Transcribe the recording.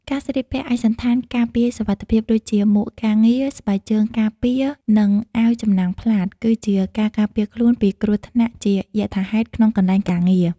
ការស្លៀកពាក់ឯកសណ្ឋានការពារសុវត្ថិភាព ដូចជាមួកការងារ ស្បែកជើងការពារ និងអាវចំណាំងផ្លាត គឺជាការការពារខ្លួនពីគ្រោះថ្នាក់ជាយថាហេតុក្នុងកន្លែងការងារ។